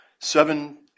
Seven